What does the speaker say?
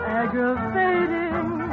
aggravating